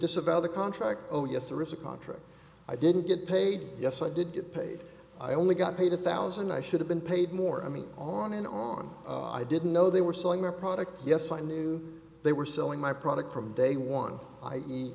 disavow the contract oh yes there is a contract i didn't get paid yes i did get paid i only got paid a thousand i should have been paid more i mean on and on i didn't know they were selling their product yes i knew they were selling my product from day one i e